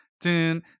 dun